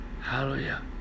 hallelujah